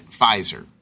Pfizer